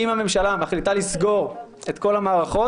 אם הממשלה החליטה לסגור את כל המערכות,